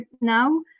now